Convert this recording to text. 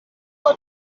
چرا